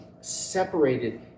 separated